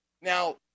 Now